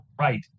right